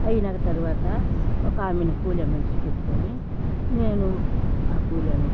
అయిన తర్వాత ఒకామెను కూలి మనిషిని పెట్టుకుని నేను ఆ కూలామే